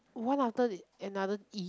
one after the and another E